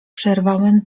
przerwałem